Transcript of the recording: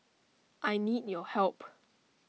I need your help